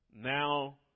now